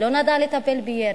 היא לא נועדה לטפל בירי,